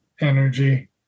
energy